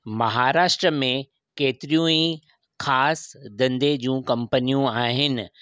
महाराष्ट्रा में केतरियूं ई ख़ासि धंधे जूं कम्पनियूं आहिनि अ